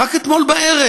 רק אתמול בערב,